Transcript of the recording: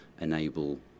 enable